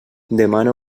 demana